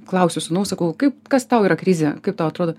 klausiu sūnaus sakau kaip kas tau yra krizė kaip tau atrodo